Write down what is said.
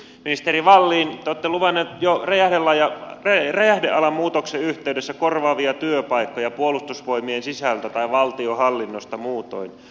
ministeri wallin te olette luvannut jo räjähdealan muutoksen yhteydessä korvaavia työpaikkoja puolustusvoimien sisältä tai valtionhallinnosta muutoin